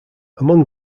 among